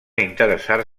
interessar